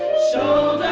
so